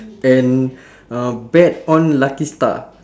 and uh bet on lucky star